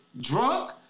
drunk